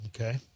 Okay